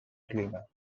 cleaner